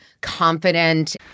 confident